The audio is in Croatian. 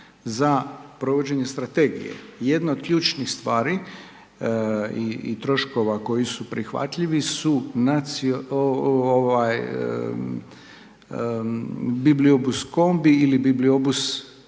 za provođenje strategije. Jedno od ključnih stvari i troškova koji su prihvatljivi su bibliobus kombi ili bibliobus